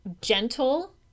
gentle